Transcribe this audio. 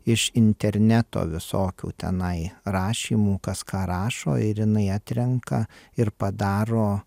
iš interneto visokių tenai rašymų kas ką rašo ir jinai atrenka ir padaro